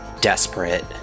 desperate